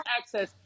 access